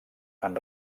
han